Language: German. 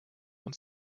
uns